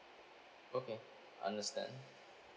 okay understand